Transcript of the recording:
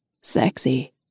Sexy